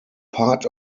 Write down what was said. part